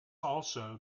also